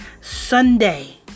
Sunday